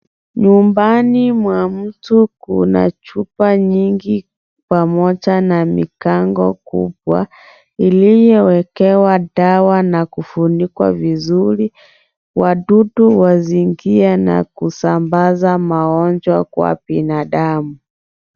Nyumbani mwa mtu kuna chupa nyingi pamoja na milango kubwa iliyowekewa dawa na kufunikwa vizuri wadudu wasiiingie na kusambaza magonjwa kwa binadamu.